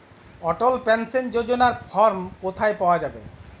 অটল pension যোজনার form কোথায় পাওয়া যাবে?